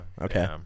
Okay